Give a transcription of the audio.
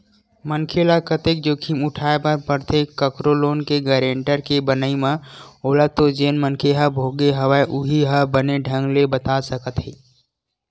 मनखे ल कतेक जोखिम उठाय बर परथे कखरो लोन के गारेंटर के बनई म ओला तो जेन मनखे ह भोगे हवय उहीं ह बने ढंग ले बता सकत हे